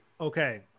Okay